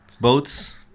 Boats